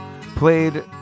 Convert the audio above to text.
played